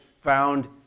found